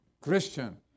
Christian